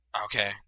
okay